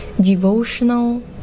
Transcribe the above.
devotional